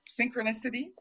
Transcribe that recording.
synchronicity